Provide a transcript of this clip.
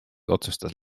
otsustas